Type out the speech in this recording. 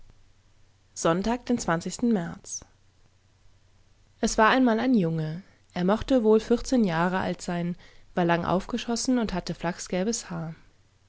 sonntag den märz es war einmal ein junge er mochte wohl vierzehn jahre alt sein war lang aufgeschossen und hatte flachsgelbes haar